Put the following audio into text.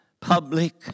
public